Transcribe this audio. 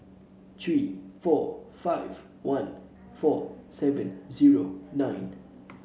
three four five one four seven zero nine